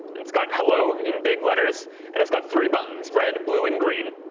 it's got hello in big letters and it's got three buttons red, blue, and green.